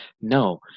No